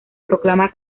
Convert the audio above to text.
proclama